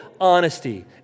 honesty